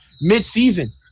mid-season